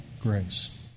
grace